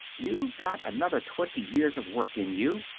you've got another twenty years of work in you.